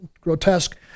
grotesque